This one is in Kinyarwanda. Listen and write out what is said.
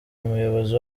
umuyobozi